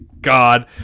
god